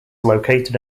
located